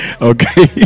okay